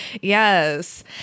Yes